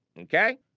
Okay